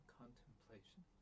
contemplation